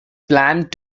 planned